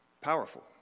powerful